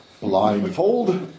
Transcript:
blindfold